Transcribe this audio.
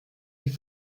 die